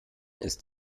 ist